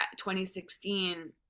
2016